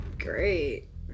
Great